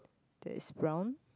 that is brown